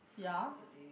ya